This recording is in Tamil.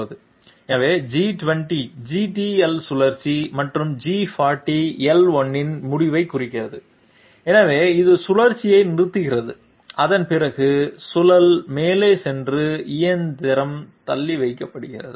எனவே G20 GTL சுழற்சி மற்றும் G40 l1 இன் முடிவைக் குறிக்கிறது எனவே இது சுழற்சியை நிறுத்துகிறது அதன் பிறகு சுழல் மேலே சென்று இயந்திரம் தள்ளி வைக்கப்படுகிறது